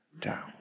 down